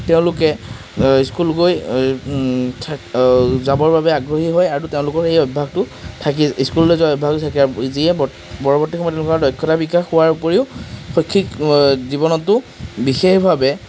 তেওঁলোকে স্কুল গৈ যাবৰ বাবে আগ্ৰহী হয় আৰু তেওঁলোকৰ এই অভ্যাসটো থাকি স্কুললৈ যোৱা অভ্যাসটো থাকি যায় যিয়ে পৰৱৰ্তি সময়ত তেওঁলোকৰ দক্ষতা বিকাশ হোৱাৰ উপৰিও শৈক্ষিক জীৱনতো বিশেষভাৱে